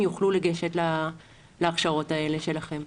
יוכלו לגשת להכשרות האלה שלכם?